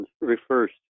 refers